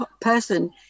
person